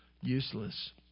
Useless